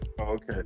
Okay